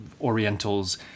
orientals